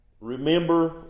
Remember